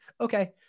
okay